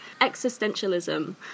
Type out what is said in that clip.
existentialism